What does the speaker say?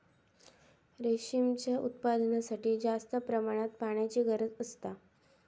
रेशीमच्या उत्पादनासाठी जास्त प्रमाणात पाण्याची गरज असता